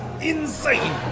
insane